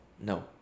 No